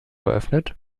geöffnet